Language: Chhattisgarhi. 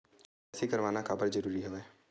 के.वाई.सी करवाना काबर जरूरी हवय?